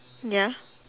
ya